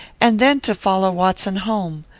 and then to follow watson home.